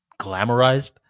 glamorized